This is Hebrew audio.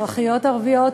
אזרחיות ערביות,